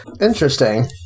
Interesting